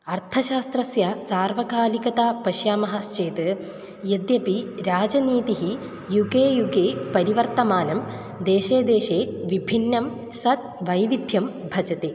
अर्थशास्त्रस्य सार्वकालिकता पश्यामश्चेत् यद्यपि राजनीतिः युगे युगे परिवर्तमानं देशे देशे विभिन्नं सत् वैविध्यं भजते